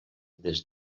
des